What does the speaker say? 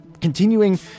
continuing